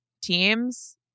teams